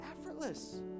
effortless